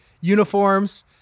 uniforms